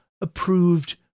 approved